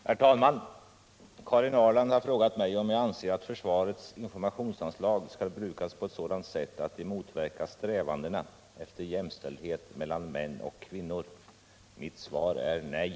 Herr talman! Karin Ahrland har frågat mig om jag anser att försvarets informationsanslag skall brukas på ett sådant sätt att de motverkar strävandena efter jämställdhet mellan män och kvinnor. Mitt svar är nej.